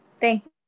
Thank